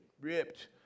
ripped